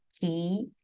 key